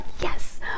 yes